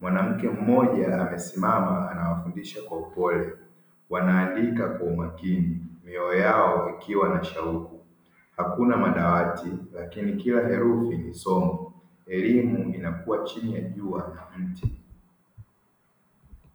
mwanamke mmoja amesimama anawafundisha kwa upole, wana andika kwa umakini mioyo yao ikiwa na shauku, hakuna madawati lakini kila herufi ni somo, elimu inakua chini ya jua na mti.